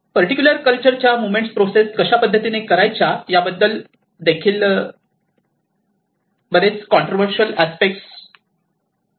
particular कल्चरच्या movement process कशा पद्धतीने करायच्या याबद्दल बरेच कंट्रोवर्शियल अस्पेक्ट घडले आहेत